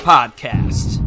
Podcast